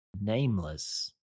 nameless